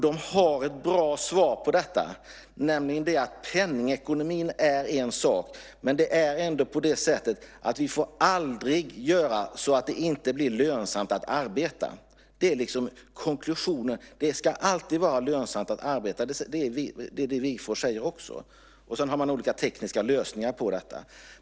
De har ett bra svar, nämligen att penningekonomin är en sak. Men vi får aldrig göra så att det inte blir lönsamt att arbeta. Konklusionen är att det alltid ska vara lönsamt att arbeta, och det är vad också Wigforss säger. Sedan har man olika tekniska lösningar på detta.